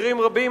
ובמקרים רבים,